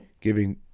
giving